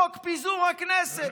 חוק פיזור הכנסת.